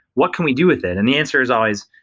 what can we do with it? and the answer is always,